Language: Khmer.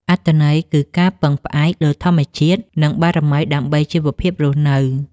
អត្ថន័យគឺការពឹងផ្អែកលើធម្មជាតិ និងបារមីដើម្បីជីវភាពរស់នៅ។